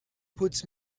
puts